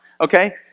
okay